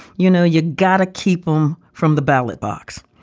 you know, you gotta keep him from the ballot box.